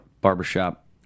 Barbershop